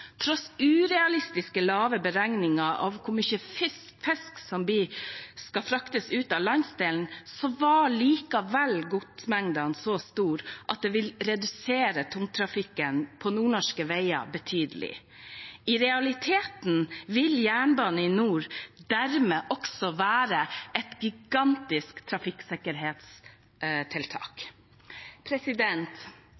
Tross urealistisk lave beregninger av hvor mye fisk som skal fraktes ut av landsdelen, var godsmengdene så store at det ville redusere tungtrafikken på nordnorske veier betydelig. I realiteten vil jernbane i nord dermed også være et gigantisk trafikksikkerhetstiltak.